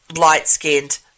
light-skinned